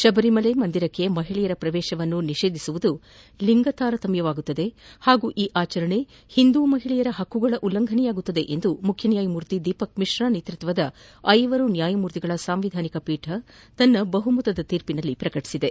ಶಬರಿಮಲೆ ಮಂದಿರಕ್ಕೆ ಮಹಿಳೆಯರ ಪ್ರವೇಶವನ್ನು ನಿಷೇಧಿಸುವುದು ಲಿಂಗ ತಾರತಮ್ನವಾಗುತ್ತದೆ ಹಾಗೂ ಈ ಆಚರಣೆ ಹಿಂದೂ ಮಹಿಳೆಯರ ಹಕ್ಕುಗಳ ಉಲ್ಲಂಘನೆಯಾಗುತ್ತದೆ ಎಂದು ಮುಖ್ಯನ್ಯಾಯಮೂರ್ತಿ ದೀಪಕ್ಮಿಶ್ರಾ ನೇತೃತ್ವದ ಐವರು ನ್ಯಾಯಮೂರ್ತಿಗಳ ಸಂವಿಧಾನಪೀಠ ತನ್ನ ಬಹುಮತದ ತೀರ್ಪಿನಲ್ಲಿ ಪ್ರಕಟಿಸಿದೆ